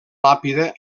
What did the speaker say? làpida